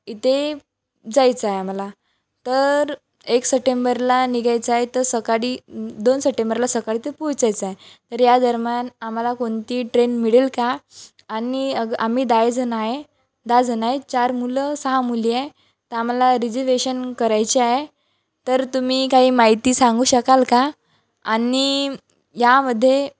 इथे जायचं आहे आम्हाला तर एक सटेंबरला निघायचं आहे तर सकाळी दोन सटेंबरला सकाळी तर पोचायचं आहे तर या दरम्यान आम्हाला कोणती ट्रेन मिळेल का आणि अग आम्ही दहा जणं आहे दहा जणं आहे चार मुलं सहा मुली आहे तर आम्हाला रिजर्वेशन करायचे आहे तर तुम्ही काही माहिती सांगू शकाल का आणि यामध्ये